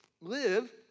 live